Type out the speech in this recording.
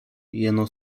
jeno